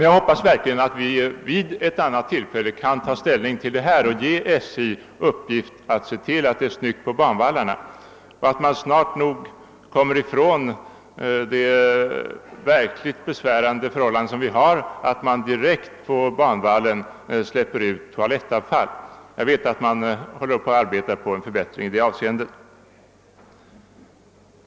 Jag hoppas dock att vi vid ett annat tillfälle kan återkomma till saken och ge SJ i uppgift att hålla snyggt på banvallarna. Jag hoppas att vi snart kommer ifrån det verkligt besvärande förhållandet att toalettavfall släpps ut direkt på banvallen — jag vet att man arbetar på en förbättring i det avseendet.